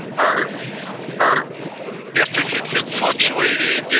our our deficits have fluctuated. yeah